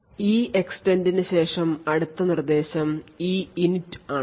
Refer Slide Time 1127 EEXTENDന് ശേഷം അടുത്ത നിർദ്ദേശം EINIT ആണ്